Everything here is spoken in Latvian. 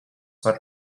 var